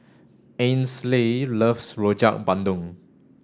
Ainsley loves Rojak Bandung